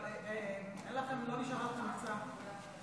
לא נשארה לכם מכסה.